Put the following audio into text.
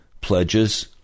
pledges